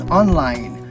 online